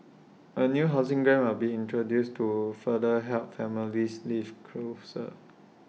A new housing grant are being introduced to further help families live closer